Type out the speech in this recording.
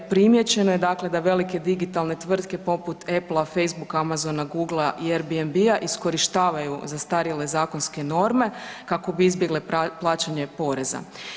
Primijećeno je dakle da velike digitalne tvrtke poput Apple, Facebooka, Amazona, Google-a i AiRbnb-a iskorištavaju zastarjele zakonske norme kako bi izbjegle plaćanje poreza.